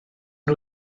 nhw